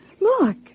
Look